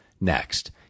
Next